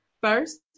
first